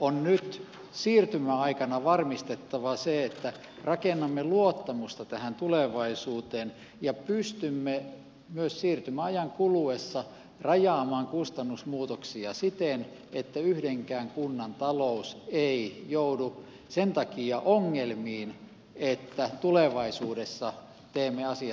on nyt siirtymäaikana varmistettava se että rakennamme luottamusta tähän tulevaisuuteen ja pystymme myös siirtymäajan kuluessa rajaamaan kustannusmuutoksia siten että yhdenkään kunnan talous ei joudu sen takia ongelmiin että tulevaisuudessa teemme asiat kustannustehokkaammin